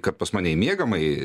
kad pas mane į miegamąjį